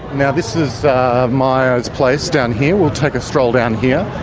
now, this is meyers place down here we'll take a stroll down here.